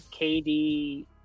KD